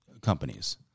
companies